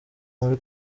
muri